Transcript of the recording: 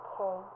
Okay